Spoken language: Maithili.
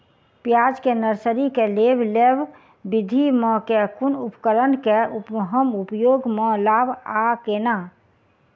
प्याज केँ नर्सरी केँ लेल लेव विधि म केँ कुन उपकरण केँ हम उपयोग म लाब आ केना?